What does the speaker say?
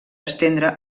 estendre